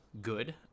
good